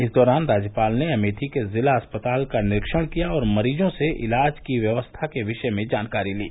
इस दौरान राज्यपाल ने अमेठी के जिला अस्पताल का निरीक्षण किया और मरीजों से इलाज की व्यवस्था के विषय में जानकारी ली